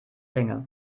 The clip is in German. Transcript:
länge